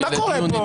גלעד, מה קורה פה?